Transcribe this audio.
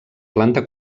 planta